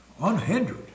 Unhindered